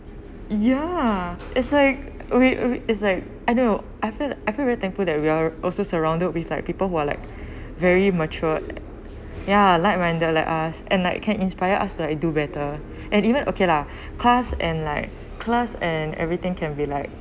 ya it's like we we is like I know I feel I feel very thankful that we are also surrounded with like people who are like very matured ya like-minded like us and like can inspire us to do better and even okay lah class and like class and everything can be like